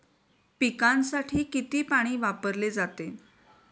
पिकांसाठी किती पाणी वापरले जाते?